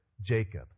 Jacob